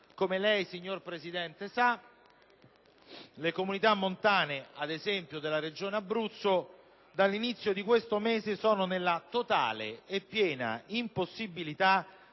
Come lei sa, signor Presidente, le comunità montane (ad esempio della Regione Abruzzo) dall'inizio di questo mese sono nella totale e piena impossibilità